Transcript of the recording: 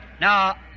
Now